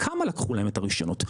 כמה לקחו להם את הרישיונות?